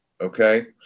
okay